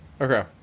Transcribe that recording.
Okay